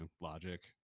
logic